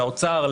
לאוצר,